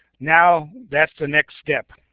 now that's the next step.